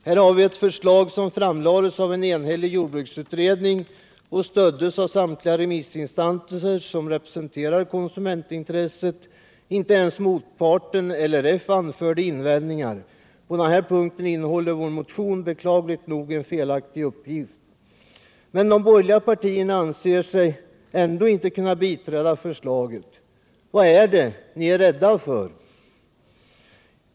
Här har vi ett förslag som framlades av en enhällig jordbruksutredning och stöddes av samtliga remissinstanser som representerade konsumentintresset. Inte ens motparten LRF anförde invändningar — på den punkten innehåller vår motion beklagligt nog en felaktig uppgift. Men de borgerliga partierna anser sig ändå inte kunna biträda förslaget. Vad är det ni är rädda för?